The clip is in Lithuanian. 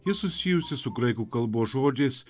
ji susijusi su graikų kalbos žodžiais